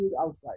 outside